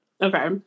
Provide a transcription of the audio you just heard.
okay